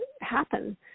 happen